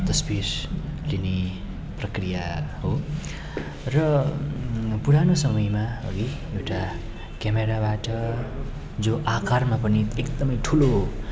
तस्विर लिने प्रक्रिया हो र पुरानो समयमा हगि एउटा क्यामराबाट जो आकारमा पनि एकदमै ठुलो